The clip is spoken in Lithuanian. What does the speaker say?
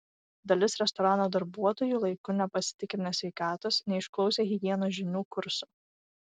dalis restorano darbuotojų laiku nepasitikrinę sveikatos neišklausę higienos žinių kurso